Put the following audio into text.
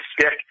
stick